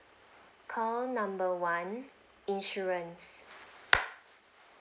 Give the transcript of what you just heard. call number one insurance